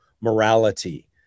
morality